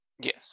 Yes